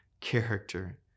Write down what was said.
character